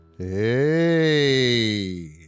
Hey